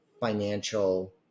financial